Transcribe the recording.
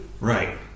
Right